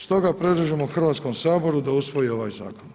Stoga predlažemo Hrvatskom saboru da usvoji ovaj zakon.